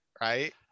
right